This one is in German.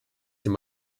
dem